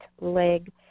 leg